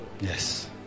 Yes